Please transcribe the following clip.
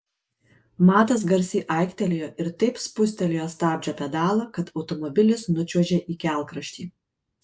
matas garsiai aiktelėjo ir taip spustelėjo stabdžio pedalą kad automobilis nučiuožė į kelkraštį